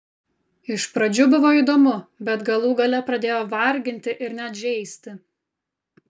iš pradžių buvo įdomu bet galų gale pradėjo varginti ir net žeisti